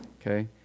okay